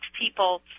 people